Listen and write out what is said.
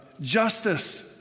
justice